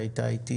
שהייתה חולה איתי